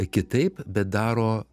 kitaip bet daro